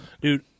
Dude